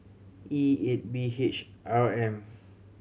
E eight B H R M